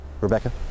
Rebecca